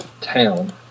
town